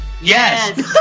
yes